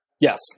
Yes